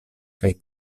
kaj